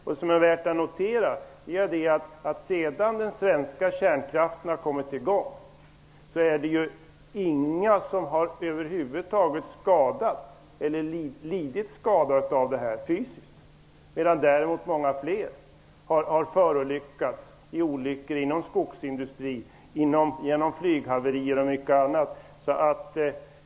Vad som är värt att notera är att sedan den svenska kärnkraften kommit i gång har ingen människa lidit fysisk skada av verksamheten. Däremot har många förolyckats vid olyckor inom skogsindustrin, genom flyghaverier och mycket annat.